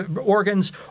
organs